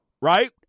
right